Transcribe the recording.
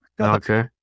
Okay